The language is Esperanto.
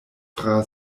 tra